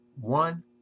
one